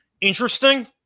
interesting